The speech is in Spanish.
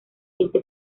siete